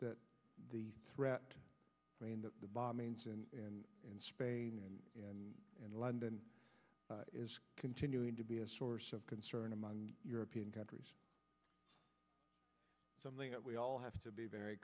that the threat i mean the bombings in spain and in london is continuing to be a source of concern among european countries something that we all have to be very